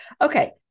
Okay